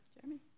Jeremy